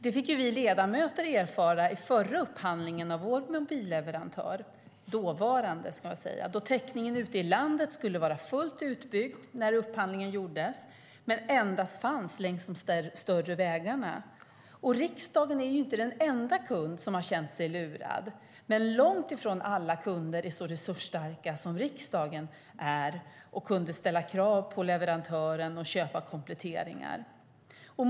Det fick vi ledamöter erfara i förra upphandlingen av vår dåvarande mobilleverantör. Täckningen ute i landet skulle vara fullt utbyggd när upphandlingen gjordes men fanns endast längs de större vägarna. Riksdagen är inte den enda kund som har känt sig lurad. Men långt ifrån alla kunder är så resursstarka som riksdagen är, som kunde ställa krav på leverantören och köpa kompletteringar.